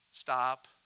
Stop